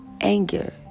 anger